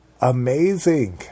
Amazing